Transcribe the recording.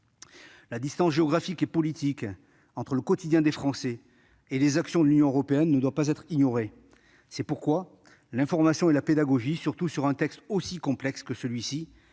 La distance géographique et politique entre le quotidien des Français et les actions de l'Union européenne ne doit pas être ignorée. L'information et la pédagogie, surtout sur un texte aussi complexe, doivent